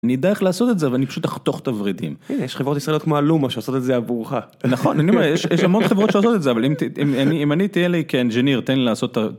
אני אדע איך לעשות את זה, אבל אני פשוט אחתוך את הורידים. יש חברות ישראליות כמו הלומה שעושות את זה עבורך. נכון, אני אומר, יש המון חברות שעושות את זה, אבל אם אני... תן לי כאנג'יניר, תן לי לעשות...